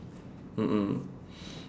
mm mm